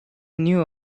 knew